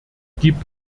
gibt